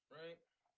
Right